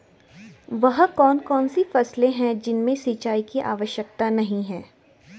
वह कौन कौन सी फसलें हैं जिनमें सिंचाई की आवश्यकता नहीं है?